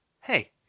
Hey